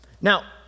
Now